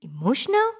emotional